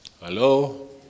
hello